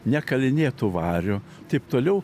nekalinėtu variu taip toliau